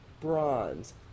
bronze